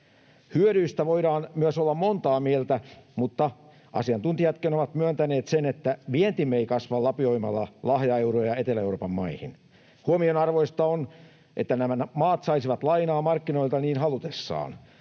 Hyödyistä voidaan myös olla montaa mieltä, mutta asiantuntijatkin ovat myöntäneet sen, että vientimme ei kasva lapioimalla lahjaeuroja Etelä-Euroopan maihin. Huomionarvoista on, että nämä maat saisivat lainaa markkinoilta niin halutessaan,